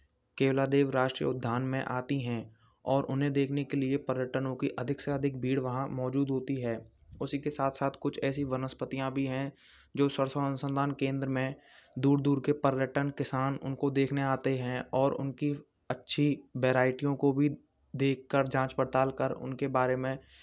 केवलादेव राष्ट्रीय उद्यान में आती हैं और उन्हें देखने के लिए पर्यटनों की अधिक से अधिक भीड़ वहाँ मौजूद होती है उसी के साथ साथ कुछ ऐसी वनस्पतियाँ भी हैं जो सरसों अनुसंधान केन्द्र में दूर दूर के पर्यटन किसान उनको देखने आते हैं और उनकी अच्छी वेराइटियों को भी देखकर जाँच पड़ताल कर उनके बारे में